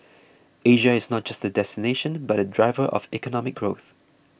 Asia is not just a destination but a driver of economic growth